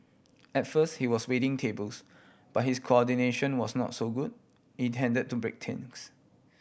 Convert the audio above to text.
at first he was waiting tables but his coordination was not so good tend to break